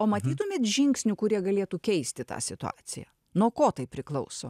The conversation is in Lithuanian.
o matytumėt žingsnių kurie galėtų keisti tą situaciją nuo ko tai priklauso